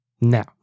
now